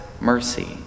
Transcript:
mercy